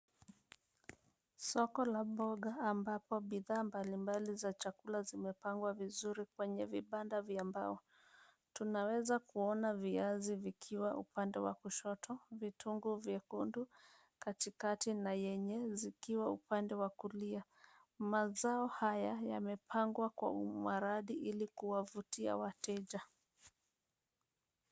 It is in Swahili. Soko la mboga ambapo bidhaa mbalimbali za chakula zimepangwa vizuri kwenye vibanda vya mbao. Tunaweza kuona viazi vikiwa upande wa kushoto, vitunguu vyekundu katikati na yenye zikiwa upande wa kulia .Mazao haya yamepangwa kwa maradi ili kuwavutia wateja.